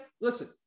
listen